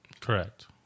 Correct